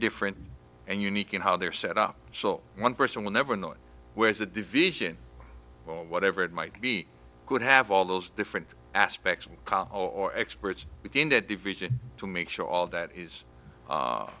different and unique in how they're set up so one person will never know where the division whatever it might be could have all those different aspects or experts within that division to make sure all that